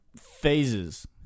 phases